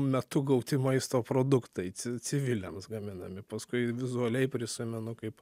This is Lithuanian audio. metu gauti maisto produktai civiliams gaminami paskui vizualiai prisimenu kaip